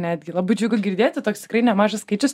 netgi labai džiugu girdėti toks tikrai nemažas skaičius